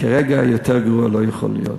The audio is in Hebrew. כרגע, יותר גרוע לא יכול להיות.